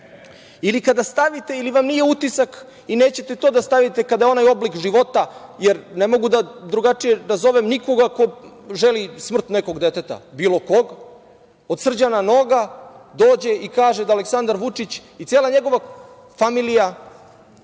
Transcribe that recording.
kada stavite, ili vam nije utisak i nećete to da stavite kada onaj oblik života, ne mogu drugačije da nazovem nikoga ko želi smrt nekog deteta, bilo kog, od Srđana Noga, dođe i kaže da Aleksandar Vučić i cela njegova familija